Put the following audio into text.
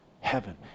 heaven